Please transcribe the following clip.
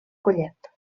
collet